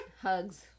Hugs